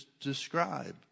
describe